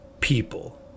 people